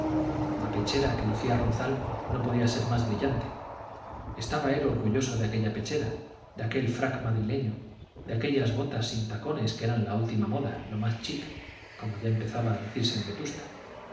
la pechera que lucía ronzal no podía ser más brillante estaba él orgulloso de aquella pechera de aquel frac madrileño de aquellas botas sin tacones que eran la última moda lo más chic como ya empezaba a decirse en vetusta